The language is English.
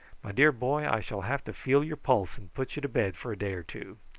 my dear boy, i shall have to feel your pulse and put you to bed for a day or two.